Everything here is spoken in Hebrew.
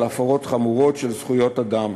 על הפרות חמורות של זכויות אדם".